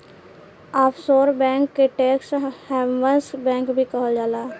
offshore bank के tax havens bank भी कहल जाला